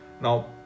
Now